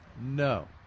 No